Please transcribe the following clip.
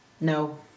No